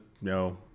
no